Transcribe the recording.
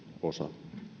osa